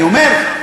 אני אומר,